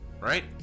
Right